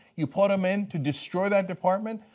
you brought him into destroy that department?